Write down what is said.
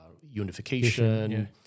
unification